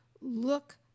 look